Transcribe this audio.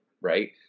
right